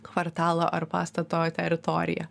kvartalo ar pastato teritoriją